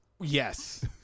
Yes